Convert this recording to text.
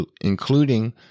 including